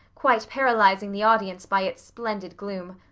quite paralyzing the audience by its splendid gloom.